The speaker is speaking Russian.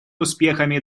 успехами